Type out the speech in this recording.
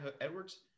Edwards